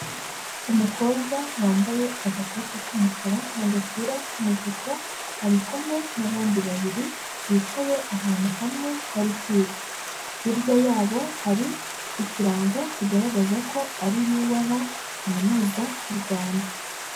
Umukobwa wambaye agakote k'umukara n'agapira k'umutuku, ari kumwe n'abandi babiri bicaye ahantu hamwe bari kwiga, hirya yabo hari ikirango kigaragaza ko ari UR Kaminuza y'u Rwanda.